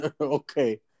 Okay